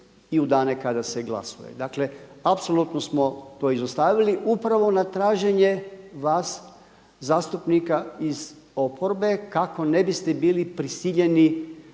i u dane kada se glasuje. Dakle apsolutno smo to izostavili upravo na traženje vas zastupnika iz oporbe kako ne biste bili prisiljeni